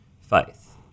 faith